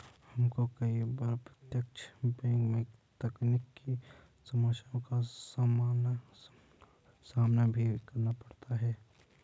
हमको कई बार प्रत्यक्ष बैंक में तकनीकी समस्याओं का सामना भी करना पड़ता है